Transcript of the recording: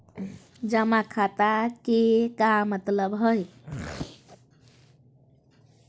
जमा खाता के का मतलब हई?